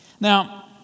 Now